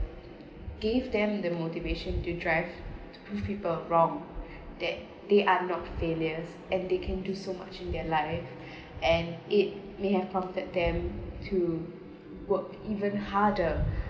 give them the motivation to drive to prove people wrong that they are not failures and they can do so much in their life and it may have prompted them to work even harder